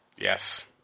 Yes